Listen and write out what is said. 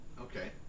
Okay